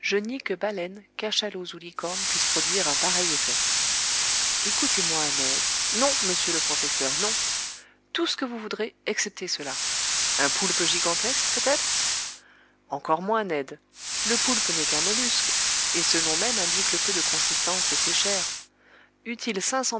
baleines cachalots ou licornes puissent produire un pareil effet écoutez-moi ned non monsieur le professeur non tout ce que vous voudrez excepté cela un poulpe gigantesque peut-être encore moins ned le poulpe n'est qu'un mollusque et ce nom même indique le peu de consistance de ses chairs